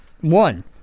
One